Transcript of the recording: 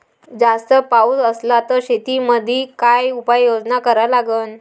जास्त पाऊस असला त शेतीमंदी काय उपाययोजना करा लागन?